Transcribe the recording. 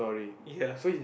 ya